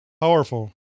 Powerful